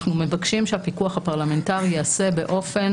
אנחנו מבקשים שהפיקוח הפרלמנטרי יעשה באופן